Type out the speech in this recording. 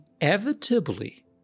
Inevitably